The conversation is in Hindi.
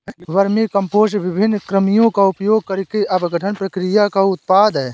वर्मीकम्पोस्ट विभिन्न कृमियों का उपयोग करके अपघटन प्रक्रिया का उत्पाद है